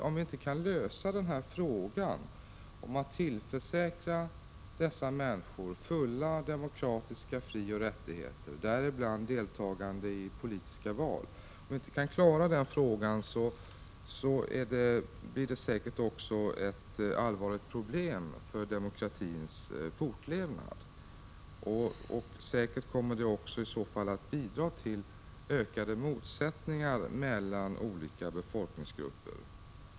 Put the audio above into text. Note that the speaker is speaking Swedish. Om vi inte kan lösa frågan om att tillförsäkra dessa människor fulla demokratiska frioch rättigheter — som gäller också deltagande i politiska val — blir det säkert ett allvarligt problem för demokratins fortlevnad. Säkert kommer det i så fall också att bidra till ökade motsättningar mellan olika befolkningsgrupper.